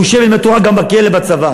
הוא ישב עם התורה גם בכלא בצבא.